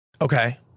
Okay